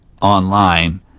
online